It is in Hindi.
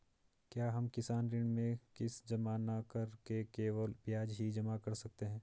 क्या हम किसान ऋण में किश्त जमा न करके केवल ब्याज ही जमा कर सकते हैं?